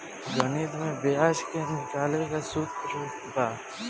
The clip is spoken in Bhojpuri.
गणित में ब्याज के निकाले के सूत्र बा